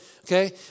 Okay